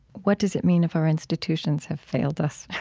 what does it mean if our institutions have failed us?